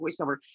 voiceover